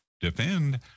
defend